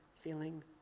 feeling